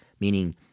meaning